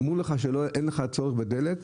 אמרו לך שאין צורך בדלק,